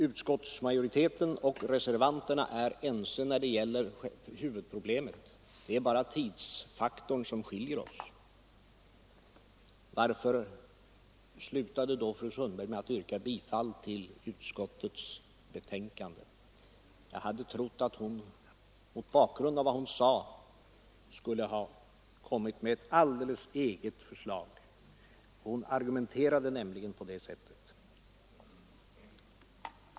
Utskottsmajoriteten och reservanterna är ense när det gäller huvudproblemet. Det är bara tidsfaktorn som skiljer oss. Varför slutade då fru Sundberg med att yrka bifall till utskottets hemställan? Jag hade trott att hon, mot bakgrund av vad hon sade, skulle komma med ett alldeles eget förslag — hon argumenterade nämligen på det sättet.